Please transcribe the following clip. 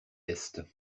est